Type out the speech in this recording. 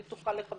היא תוכל לכוון,